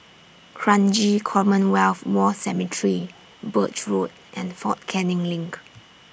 Kranji Commonwealth War Cemetery Birch Road and Fort Canning LINK